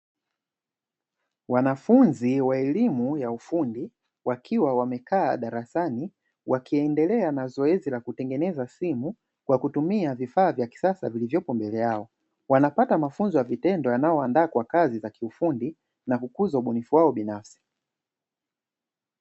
Wanafunzi wa elimu ya ufundi wakiwa wamekaa darasani wakiendelea na zoezi la kutengeneza simu kwa kutumia vifaa vya kisasa vilivyopo mbele yao, wanapata mafunzo ya kitendo yanayoandaa kwa kazi za kiufundi na kukuzwa ubunifu wao binafsi.